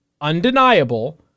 undeniable